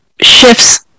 shifts